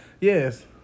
Yes